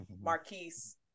Marquise